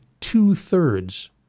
two-thirds